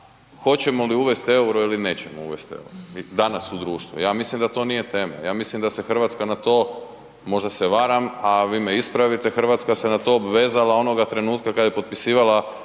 hoćemo li uvest EUR-o ili nećemo uvest EUR-o danas u društvo, ja mislim da to nije tema, ja mislim da se RH na to, možda se varam, a vi me ispravite, RH se na to obvezala onoga trenutka kad je potpisivala